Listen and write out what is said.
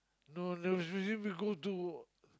no usually we go to